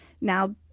now